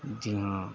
جی ہاں